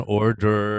order